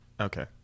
Okay